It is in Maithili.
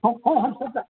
हँ हँ हम सभटा